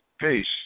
Peace